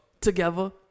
Together